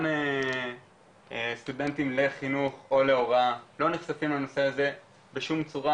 גם סטודנטים לחינוך או להוראה לא נחשפים לנושא הזה בשום צורה,